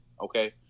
okay